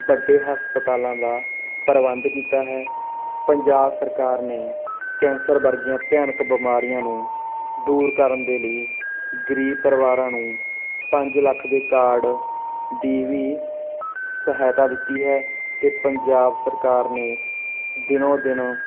ਵੱਡੇ ਹਸਪਤਾਲਾਂ ਦਾ ਪ੍ਰਬੰਧ ਕੀਤਾ ਹੈ ਪੰਜਾਬ ਸਰਕਾਰ ਨੇ ਕੈਂਸਰ ਵਰਗੀਆਂ ਭਿਆਨਕ ਬਿਮਾਰੀਆਂ ਨੂੰ ਦੂਰ ਕਰਨ ਦੇ ਲਈ ਗਰੀਬ ਪਰਿਵਾਰਾਂ ਨੂੰ ਪੰਜ ਲੱਖ ਦੇ ਕਾਰਡ ਦੀ ਵੀ ਸਹਾਇਤਾ ਦਿੱਤੀ ਹੈ ਅਤੇ ਪੰਜਾਬ ਸਰਕਾਰ ਨੇ ਦਿਨੋ ਦਿਨ